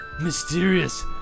mysterious